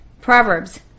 Proverbs